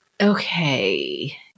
Okay